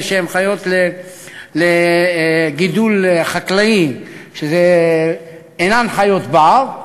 חיות לגידול חקלאי שאינן חיות בר,